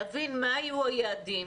להבין מה היו היעדים,